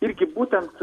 irgi būtent